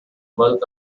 bulk